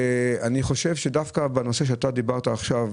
אני חושב שדווקא בנושא שאתה דיברת עכשיו,